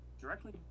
Directly